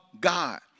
God